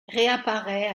réapparaît